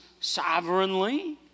sovereignly